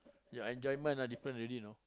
your enjoyment ah different already you know